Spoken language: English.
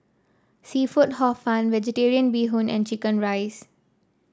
seafood Hor Fun vegetarian Bee Hoon and chicken rice